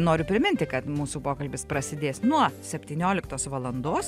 noriu priminti kad mūsų pokalbis prasidės nuo septynioliktos valandos